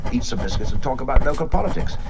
eat some biscuits and talk about local politics.